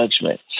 judgment